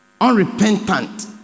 unrepentant